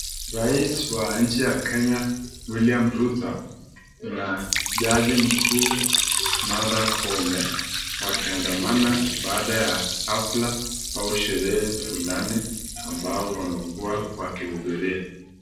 Rais wa nchi ya Kenya William Ruto, kuna jaji mkuu Martha Koome wakiandamana baada ya afla au sherehe fulani ambayo wamekua wakihudhuria.